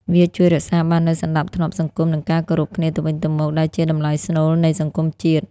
វាជួយរក្សាបាននូវសណ្តាប់ធ្នាប់សង្គម និងការគោរពគ្នាទៅវិញទៅមក ដែលជាតម្លៃស្នូលនៃសង្គមជាតិ។